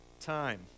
time